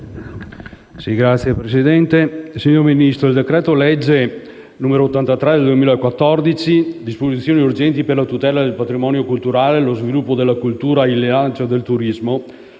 signor Ministro, il decreto legge n. 83 del 2014, contenente «Disposizioni urgenti per la tutela del patrimonio culturale, lo sviluppo della cultura e il rilancio dei turismo»,